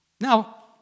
Now